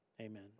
Amen